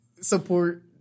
support